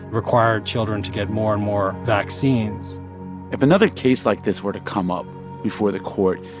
require children to get more and more vaccines if another case like this were to come up before the court,